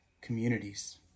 communities